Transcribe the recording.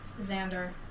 Xander